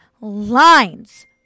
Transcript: lines